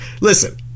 listen